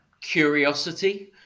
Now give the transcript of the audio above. curiosity